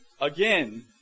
again